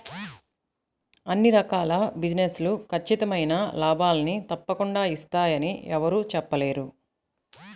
అన్ని రకాల బిజినెస్ లు ఖచ్చితమైన లాభాల్ని తప్పకుండా ఇత్తయ్యని యెవ్వరూ చెప్పలేరు